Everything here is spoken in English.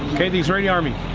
okay, the israeli army